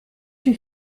une